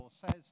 says